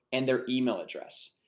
and their email address.